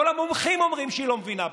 כל המומחים אומרים שהיא לא מבינה בזה,